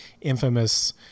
infamous